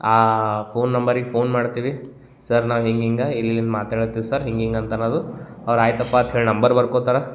ಆ ಫೋನ್ ನಂಬರಿಗೆ ಫೋನ್ ಮಾಡ್ತೀವಿ ಸರ್ ನಾವು ಹಿಂಗೆ ಹಿಂಗೆ ಇಲ್ಲಿ ಇಲ್ಲಿನ್ ಮಾತಾಡತ್ತೀವಿ ಸರ್ ಹಿಂಗೆ ಹಿಂಗೆ ಅಂತ ಅನ್ನೋದು ಅವ್ರು ಆಯಿತಪ್ಪ ಅಂತ್ಹೇಳಿ ನಂಬರ್ ಬರ್ಕೊತಾರೆ